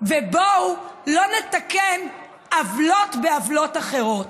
ובואו לא נתקן עוולות בעוולות אחרות.